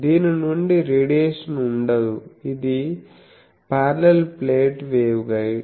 దీని నుండి రేడియేషన్ ఉండదు ఇది పార్లల్ ప్లేట్ వేవ్గైడ్